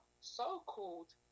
so-called